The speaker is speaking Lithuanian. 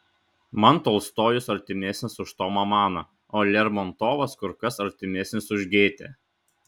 man tolstojus artimesnis už tomą maną o lermontovas kur kas artimesnis už gėtę